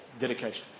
dedication